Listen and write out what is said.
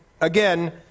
again